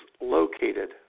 located